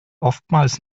oftmals